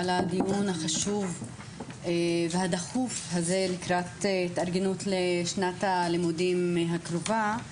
על הדיון החשוב והדחוף הזה לקראת התארגנות לשנת הלימודים הקרובה.